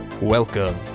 Welcome